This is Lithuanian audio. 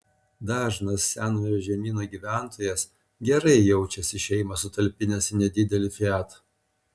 dažnas senojo žemyno gyventojas gerai jaučiasi šeimą sutalpinęs į nedidelį fiat